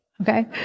okay